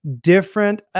different